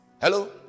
Hello